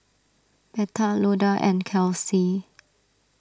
Betha Loda and Kelsie